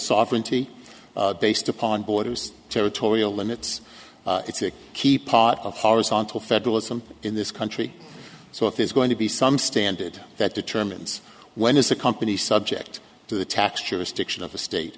sovereignty based upon borders territorial limits it's a key part of horizontal federalism in this country so if there's going to be some standard that determines when it's a company subject to the tax jurisdiction of the state